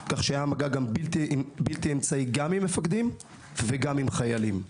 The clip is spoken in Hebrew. כך שהיה מגע בלתי אמצעי עם מפקדים ועם חיילים.